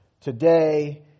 today